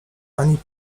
ani